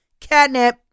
catnip